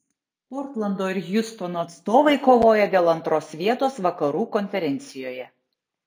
portlando ir hjustono atstovai kovoja dėl antros vietos vakarų konferencijoje